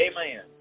Amen